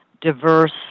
diverse